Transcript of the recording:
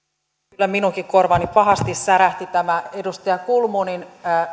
kyllä minunkin korvaani pahasti särähti tämä edustaja kulmunin